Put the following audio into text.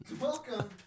Welcome